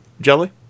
jelly